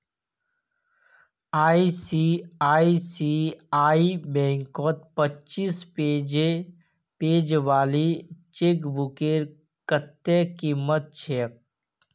ICICI बैंकत पच्चीस page वाली चेकबुकेर कत्ते कीमत छेक